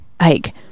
like-